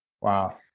Wow